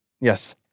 Yes